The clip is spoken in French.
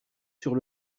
sur